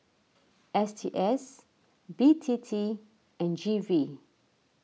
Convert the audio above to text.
S T S B T T and G V